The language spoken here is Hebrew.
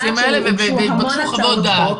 רגע,